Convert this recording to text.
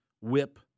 WHIP